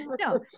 no